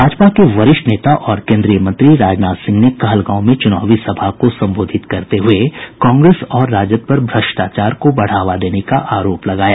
भाजपा के वरिष्ठ नेता और केन्द्रीय मंत्री राजनाथ सिंह ने कहलगांव में चुनावी सभा को संबोधित करते हुए कांग्रेस और राजद पर भ्रष्टाचार को बढ़ावा देने का आरोप लगाया